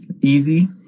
easy